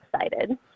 excited